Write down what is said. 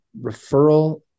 referral